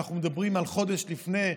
כשאנחנו מדברים על חודש לפני,